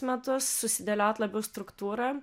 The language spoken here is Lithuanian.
metus susidėliot labiau struktūrą